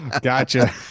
gotcha